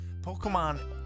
pokemon